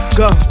go